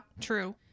true